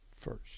first